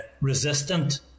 resistant